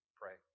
pray